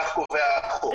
כך קובע החוק.